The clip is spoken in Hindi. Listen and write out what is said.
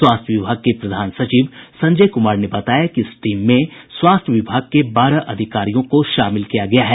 स्वास्थ्य विभाग के प्रधान सचिव संजय कुमार ने बताया कि इस टीम में स्वास्थ्य विभाग के बारह अधिकारियों को शामिल किया गया है